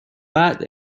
بعد